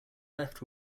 left